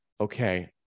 okay